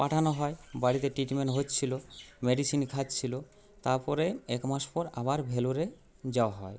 পাঠানো হয় বাড়িতে ট্রিটমেন্ট হচ্ছিল মেডিসিন খাচ্ছিল তারপরে একমাস পর আবার ভেলোরে যাওয়া হয়